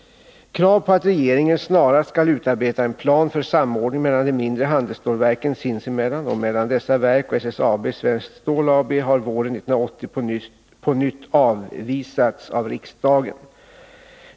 Krav på att regeringen snarast skall utarbeta en plan för samordning mellan de mindre handelsstålverken sinsemellan och mellan dessa verk och Svenskt Stål AB har våren 1980 på nytt avvisats av riksdagen.